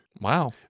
Wow